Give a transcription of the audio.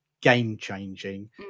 game-changing